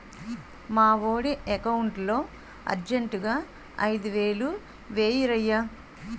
మావోడి ఎకౌంటులో అర్జెంటుగా ఐదువేలు వేయిరయ్య